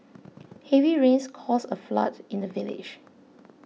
heavy rains caused a flood in the village